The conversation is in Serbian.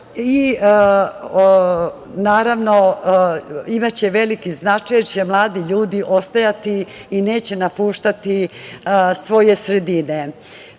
radnika i imaće veliki značaj, jer će mladi ljudi ostajati i neće napuštati svoje sredine. Takođe,